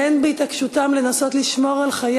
והן בהתעקשותם לנסות לשמור על חיי